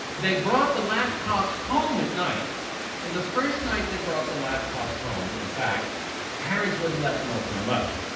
they brought the laptops home at night and the first night they brought the laptops home, in fact parents wouldn't let them open them up.